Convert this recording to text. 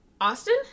Austin